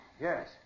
Yes